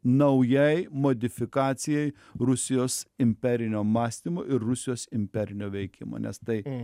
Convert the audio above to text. naujai modifikacijai rusijos imperinio mąstymo ir rusijos imperinio veikimo nes tai